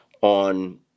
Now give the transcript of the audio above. on